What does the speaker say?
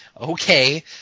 okay